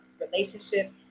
relationship